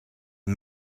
and